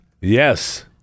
Yes